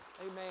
amen